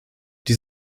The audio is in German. die